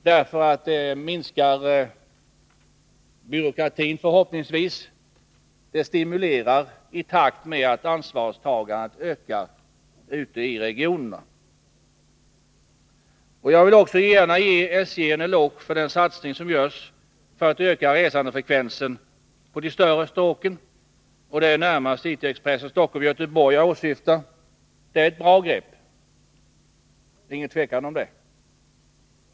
Det minskar förhoppningsvis byråkratin, och det stimulerar i takt med att ansvarstagandet ökar ute i regionerna. Jag vill också gärna ge SJ en eloge för den satsning som görs för att öka resandefrekvensen på de större stråken. Det är närmast Cityexpressen Stockholm-Göteborg jag åsyftar. Det är ett bra grepp — det är inget tvivel om det.